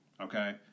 Okay